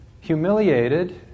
humiliated